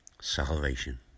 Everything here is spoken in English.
salvation